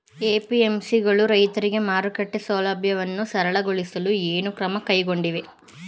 APMC ಗಳು ರೈತರಿಗೆ ಮಾರುಕಟ್ಟೆ ಸೌಲಭ್ಯವನ್ನು ಸರಳಗೊಳಿಸಲು ಏನು ಕ್ರಮ ಕೈಗೊಂಡಿವೆ?